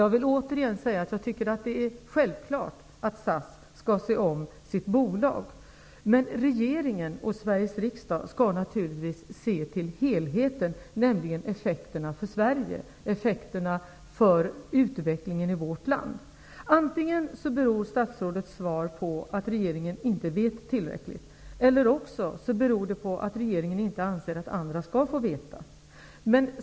Jag vill återigen säga att det är självklart att SAS skall se om sitt bolag. Men regeringen och Sveriges riksdag skall naturligtvis se till helheten, nämligen effekterna för Sverige och effekterna för utvecklingen i vårt land. Antingen beror statsrådets svar på att regeringen inte vet tillräckligt eller också beror det på att regeringen inte anser att andra skall få veta.